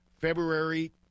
February